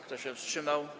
Kto się wstrzymał?